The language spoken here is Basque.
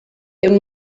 ehun